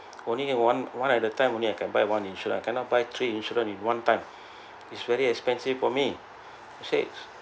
only one one at a time only I can buy one insurance I cannot buy three insurance in one time it's very expensive for me she's said